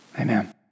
Amen